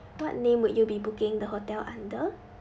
what name would you be booking the hotel under